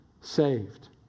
saved